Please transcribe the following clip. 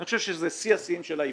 אני חושב שזה שיא השיאים של האיוולת,